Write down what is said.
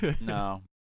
No